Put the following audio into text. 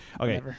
Okay